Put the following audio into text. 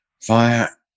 fire